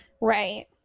Right